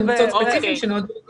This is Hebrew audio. למקצוע ספציפי שנועדו לחולי קורונה.